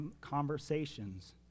conversations